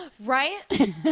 Right